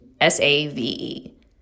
S-A-V-E